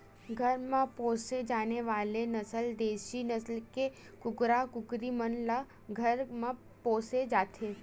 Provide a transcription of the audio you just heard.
घर म पोसे जाने वाले नसल देसी नसल के कुकरा कुकरी मन ल घर म पोसे जाथे